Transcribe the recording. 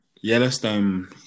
Yellowstone